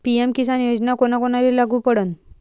PM Kisan योजना कोना कोनाले लागू पडन?